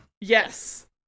Yes